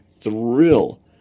thrill